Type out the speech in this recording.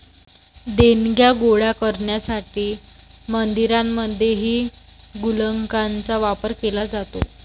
देणग्या गोळा करण्यासाठी मंदिरांमध्येही गुल्लकांचा वापर केला जातो